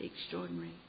extraordinary